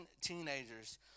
teenagers